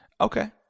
Okay